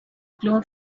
glowed